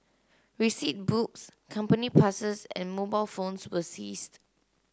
receipt books company passes and mobile phones were seized